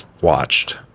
watched